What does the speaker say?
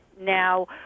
now